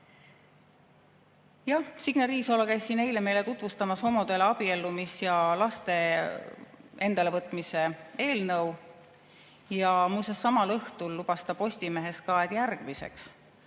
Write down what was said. Signe Riisalo käis siin eile meile tutvustamas homode abiellumise ja laste endale võtmise eelnõu. Muuseas, samal õhtul lubas ta Postimehes, et järgmisena